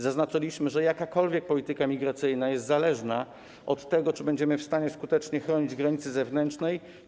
Zaznaczaliśmy, że jakakolwiek polityka migracyjna jest zależna od tego, czy będziemy w stanie skutecznie chronić granicę zewnętrzną.